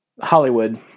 Hollywood